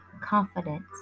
confidence